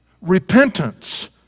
repentance